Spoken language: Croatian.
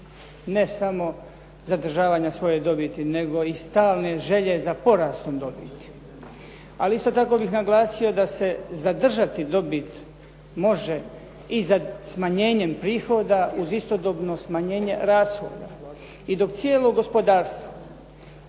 ne samo zadržavanja svoje dobiti, nego i stalne želje za porastom dobiti. Ali isto tako bih naglasio da se zadržati dobit može i smanjenjem prihoda uz istodobno smanjenje rashoda. I dok cijelo gospodarstvo